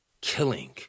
killing